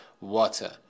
water